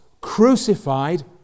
crucified